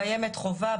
קיימת חובה,